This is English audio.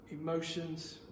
emotions